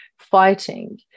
Fighting